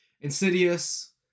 Insidious